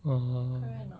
orh